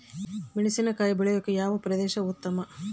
ಮೆಣಸಿನಕಾಯಿ ಬೆಳೆಯೊಕೆ ಯಾವ ಪ್ರದೇಶ ಉತ್ತಮ?